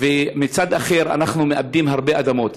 ומצד אחר אנחנו מאבדים הרבה אדמות.